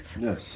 Yes